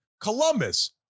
Columbus